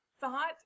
thought